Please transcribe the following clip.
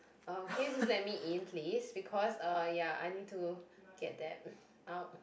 uh can you just let me in please because uh ya I need to get that out